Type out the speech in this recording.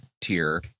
tier